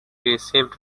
received